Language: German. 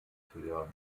höher